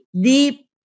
deep